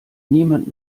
niemand